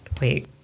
Wait